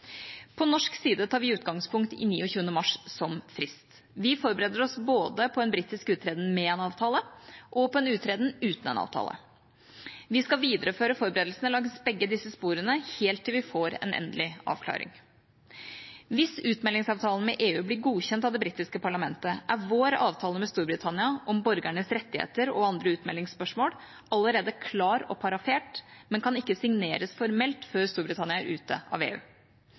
På norsk side tar vi utgangspunkt i 29. mars som frist. Vi forbereder oss både på en britisk uttreden med en avtale og på en uttreden uten en avtale. Vi skal videreføre forberedelsene langs begge disse sporene helt til vi får en endelig avklaring. Hvis utmeldingsavtalen med EU blir godkjent av det britiske parlamentet, er vår avtale med Storbritannia, om borgernes rettigheter og andre utmeldingsspørsmål, allerede klar og parafert, men kan ikke signeres formelt før Storbritannia er ute av EU.